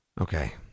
Okay